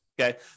okay